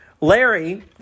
Larry